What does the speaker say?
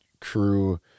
crew